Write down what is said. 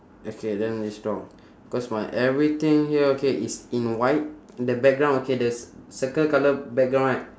okay then it's wrong cause my everything here okay is in white the background okay the circle colour background right